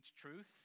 truth